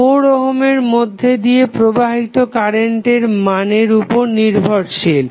ix 4 ohm রোধের মধ্যে দিয়ে প্রবাহিত কারেন্টের মানের উপর নির্ভরশীল